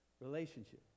relationship